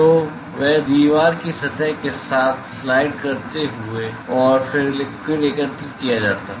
तो वे दीवार की सतह के साथ स्लाइड करते हैं और फिर लिक्विड एकत्र किया जाता है